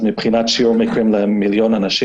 מבחינת שיעור המקרים למיליון אנשים,